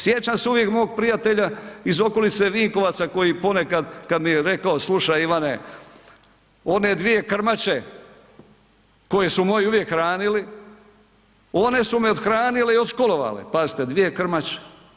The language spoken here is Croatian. Sjećam se uvijek mog prijatelja iz okolice Vinkovaca koji ponekad kad mi je rekao slušaj Ivane, one dvije krmače koje su moji uvijek hranili, one su me othranile i otškolovale, pazite dvije krmače.